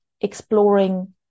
exploring